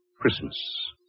Christmas